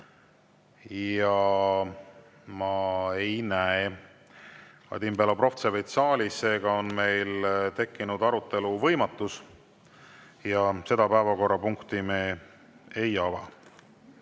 ja ma ei näe Vadim Belobrovtsevit. Seega on meil tekkinud arutelu võimatus ja seda päevakorrapunkti me ei ava.